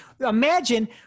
imagine